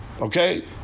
okay